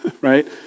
right